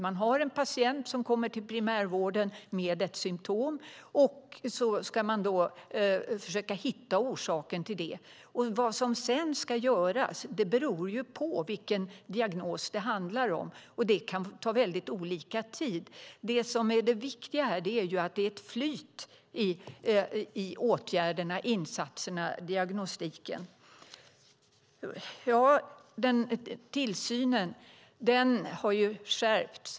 Man har en patient som kommer till primärvården med ett symtom, och så ska man då försöka hitta orsaken till det. Vad som sedan ska göras beror på vilken diagnos det handlar om, och det kan ta olika lång tid. Det som är det viktiga är att det är ett flyt i åtgärderna, insatserna och diagnostiken. Tillsynen har skärpts.